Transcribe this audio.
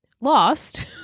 lost